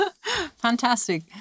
Fantastic